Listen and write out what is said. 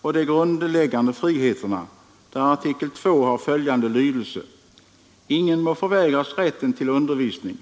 och de grundläggande friheterna, där artikel 2 har följande lydelse: ”Ingen må förvägras rätten till undervisning.